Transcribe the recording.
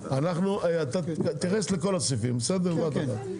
אתה תתייחס לכל הסעיפים בבת אחת, בסדר?